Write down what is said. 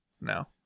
No